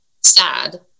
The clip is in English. sad